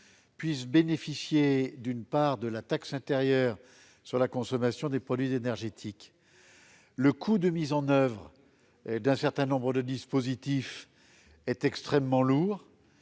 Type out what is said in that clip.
puissent bénéficier d'une part de la taxe intérieure de consommation sur les produits énergétiques (TICPE). Le coût de mise en oeuvre d'un certain nombre de dispositifs est extrêmement lourd